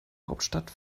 hauptstadt